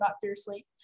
fiercely